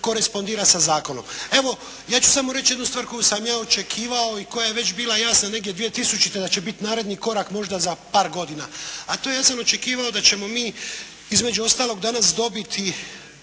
korespondira sa zakonom. Evo ja ću samo reći jednu stvar koju sam ja očekivao i koja je već bila jasna negdje 2000. da će biti naredni korak možda za par godina, a to je ja sam očekivao da ćemo mi između ostaloga danas dobiti